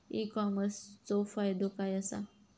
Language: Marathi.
ई कॉमर्सचो फायदो काय असा?